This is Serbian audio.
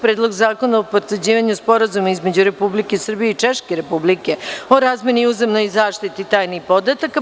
Predlog zakona o potvrđivanju bezbednosnog Sporazuma između Republike Srbije i Češke Republike o razmeni i uzajamnoj zaštiti tajnih podataka; 12.